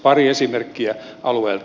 pari esimerkkiä alueelta